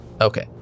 Okay